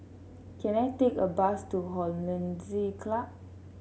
can I take a bus to Hollandse Club